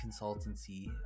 consultancy